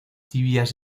tibias